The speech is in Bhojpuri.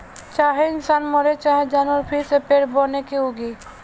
चाहे इंसान मरे चाहे जानवर फिर से पेड़ बनके उगी